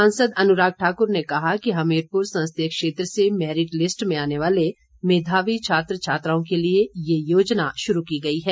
सांसद अनुराग ठाक्र ने कहा कि हमीरपुर संसदीय क्षेत्र से मेरिट लिस्ट में आने वाले मेधावी छात्र छात्राओं के लिए ये योजना शुरू की गई है